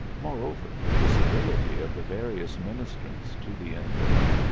moreover, the civility of the various ministrants to the invalid,